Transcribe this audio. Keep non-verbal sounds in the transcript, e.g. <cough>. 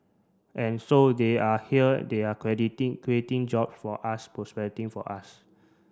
and so they are here they are <unintelligible> creating jobs for us <unintelligible> for us